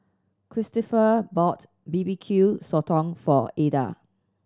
Kristoffer bought B B Q Sotong for Adda